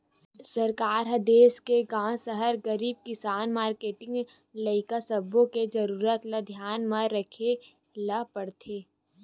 सरकार ह देस के गाँव, सहर, गरीब, किसान, मारकेटिंग, लइका सब्बो के जरूरत ल धियान म राखे ल परथे